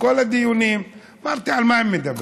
בכל הדיונים אמרתי: על מה הם מדברים?